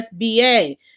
SBA